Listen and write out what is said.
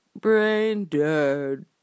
brain-dead